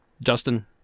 Justin